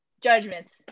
judgments